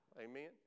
amen